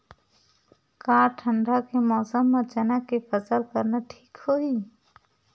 का ठंडा के मौसम म चना के फसल करना ठीक होही?